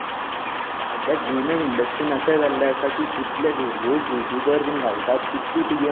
सद्या गेमिंग इंडस्ट्रींत अशें जाल्लें आसा की जितले व्हिडीयोज युट्यूबार बी घालता तितली ती गेम चलपाक लागल्या